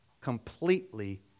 completely